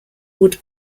would